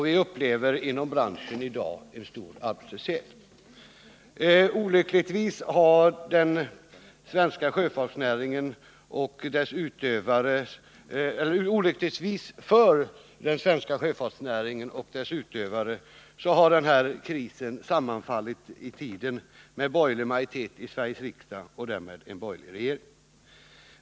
Vi upplever inom branschen i dag en stor arbetslöshet. Olyckligt nog för den svenska sjöfartsnäringen och dess utövare har denna kris sammanfallit i tiden med borgerlig majoritet i Sveriges riksdag och därmed en borgerlig regering.